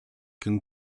can